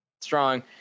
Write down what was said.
Strong